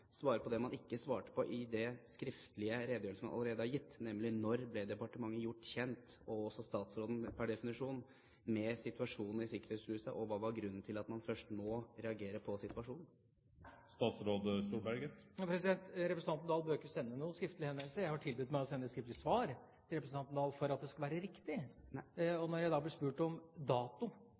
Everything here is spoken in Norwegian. på det man ikke svarte på i den skriftlige redegjørelsen man allerede har gitt, nemlig når ble departementet gjort kjent med – og også statsråden pr. definisjon – situasjonen i sikkerhetsslusen, og hva er grunnen til at man først nå reagerer på situasjonen? Representanten Oktay Dahl behøver ikke sende meg noen skriftlig henvendelse. Jeg har tilbudt meg å sende et skriftlig svar til representanten Oktay Dahl for at det skal være riktig. Og når jeg da blir spurt om dato